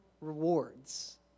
rewards